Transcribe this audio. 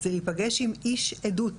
זה להיפגש עם איש עדות